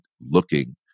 looking